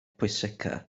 pwysicaf